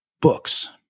books